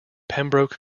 pembroke